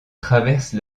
traverse